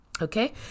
okay